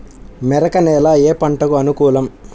మెరక నేల ఏ పంటకు అనుకూలం?